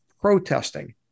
Protesting